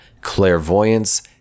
clairvoyance